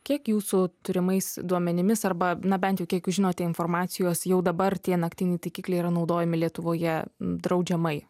kiek jūsų turimais duomenimis arba na bent jau kiek jūs žinote informacijos jau dabar tie naktiniai taikikliai yra naudojami lietuvoje draudžiamai